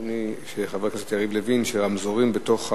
של חבר הכנסת יריב לוין: רמזורים בתוך הערים.